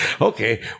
Okay